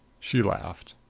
she laughed.